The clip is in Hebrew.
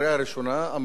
עכשיו היא גם מסוכנת,